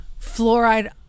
Fluoride